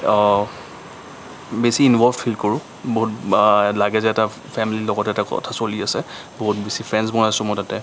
বেছি involve feel কৰোঁ বহুত লাগে যে এটা ফেমিলি লগত এটা কথা চলি আছে বহুত বেছি ফ্ৰেন্ডজ বনাইছোঁ মই তাতে